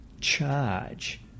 charge